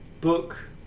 Book